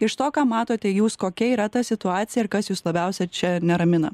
iš to ką matote jūs kokia yra ta situacija ir kas jus labiausiai čia neramina